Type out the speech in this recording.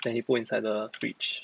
then he put inside the fridge